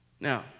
now